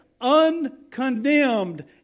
uncondemned